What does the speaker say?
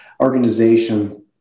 organization